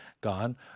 gone